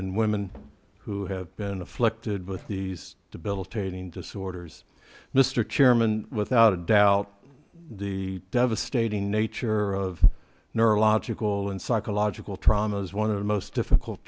and women who have been afflicted with these debilitating disorders mr chairman without a doubt the devastating nature of neurological and psychological trauma is one of the most difficult